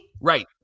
Right